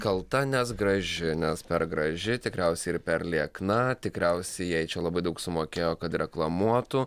kalta nes graži nes per graži tikriausiai ir per liekna tikriausiai jai čia labai daug sumokėjo kad reklamuotų